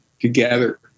together